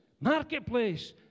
marketplace